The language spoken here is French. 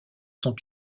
sont